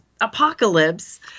apocalypse